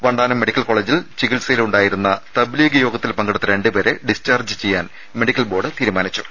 Vandanam medical കോളേജിൽ ചികിത്സയിലുണ്ടായിരുന്ന Tabligh യോഗത്തിൽ പങ്കെടുത്ത രണ്ടുപേരെ ഡിസ്ചാർജ്ജ് ചെയ്യാൻ മെഡിക്കൽ ബോർഡ് തീരുമാനിച്ചു